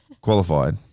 qualified